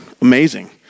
amazing